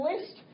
list